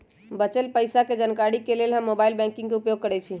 बच्चल पइसा के जानकारी के लेल हम मोबाइल बैंकिंग के उपयोग करइछि